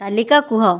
ତାଲିକା କୁହ